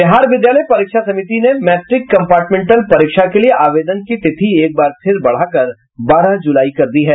बिहार विद्यालय परीक्षा समिति ने मैट्रिक कंपार्टमेंटल परीक्षा के लिए आवेदन की तिथि एक बार फिर बढ़ा कर बारह ज़ुलाई कर दी है